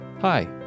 Hi